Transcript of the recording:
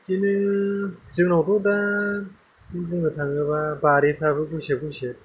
बिदिनो जोंनावथ' दा बुंनो थाङोबा बारिफ्राबो गुसेब गुसेब